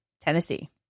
Tennessee